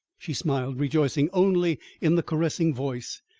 she smiled, rejoicing only in the caressing voice,